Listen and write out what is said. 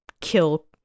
kill